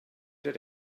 did